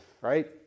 right